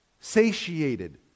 Satiated